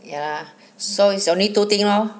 ya lah so is only two thing lor